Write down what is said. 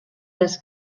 les